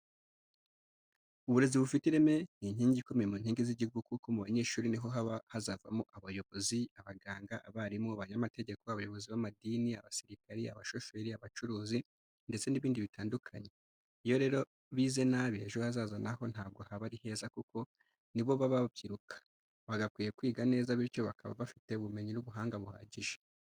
Uburezi bufite ireme ni inkingi ikomeye mu nkingi z'igihugu kuko mu banyeshuri niho haba hazavamo abayobozi, abaganga, abarimu, abanyamategeko, abayobozi b'amadini, abasirikare, abashoferi, abacuruzi ndetse n'ibindi bitandukanye. Iyo rero bize nabi ejo hazaza naho ntabwo haba ari heza kuko nibo baba babyiruka, bagakwiye kwiga neza bityo bakaba bafite ubumenyi n'ubuhanga buhagije.